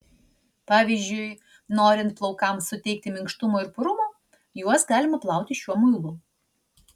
pavyzdžiui norint plaukams suteikti minkštumo ir purumo juos galima plauti šiuo muilu